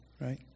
right